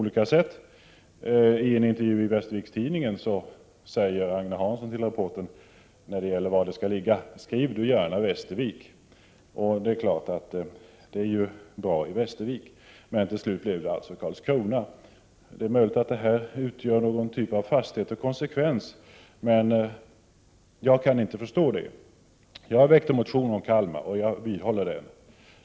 I en intervju i Västerviks-Tidningen säger Agne Hansson till reportern: ”Skriv gärna Västervik”. Det är klart att det kan bli bra med Västervik, men till slut blev det alltså Karlskrona. Det är möjligt att detta är fasthet och konsekvens, men jag kan inte förstå det. Jag har väckt en motion där jag föreslår Kalmar, och jag vidhåller det.